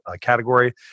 category